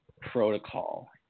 protocol